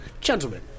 gentlemen